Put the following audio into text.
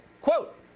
Quote